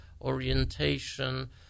orientation